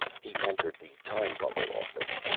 he entered the time bubble office.